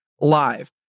Live